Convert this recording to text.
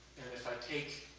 if i take